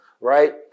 Right